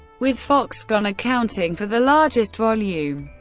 with foxconn accounting for the largest volume.